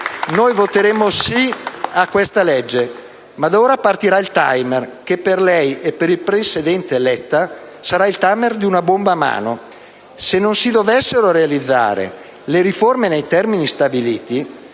noi voteremo sì a questa legge, ma da ora partirà il *timer*, che per lei e per il presidente Letta sarà il *timer* di una bomba a mano: se non si dovessero realizzare le riforme nei termini stabiliti